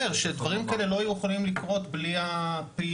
שדברים כאלה לא היו יכולים לקרות בלי הפעילות